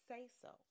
say-so